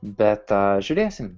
bet žiūrėsim